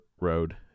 Road